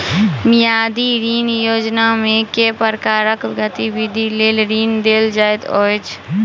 मियादी ऋण योजनामे केँ प्रकारक गतिविधि लेल ऋण देल जाइत अछि